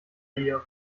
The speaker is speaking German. ihr